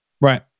right